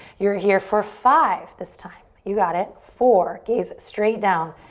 you're here for five this time, you got it. four, gaze straight down.